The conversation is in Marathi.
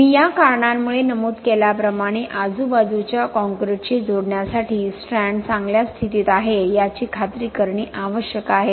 मी या कारणांमुळे नमूद केल्याप्रमाणे आजूबाजूच्या काँक्रीटशी जोडण्यासाठी स्ट्रँड चांगल्या स्थितीत आहे याची खात्री करणे आवश्यक आहे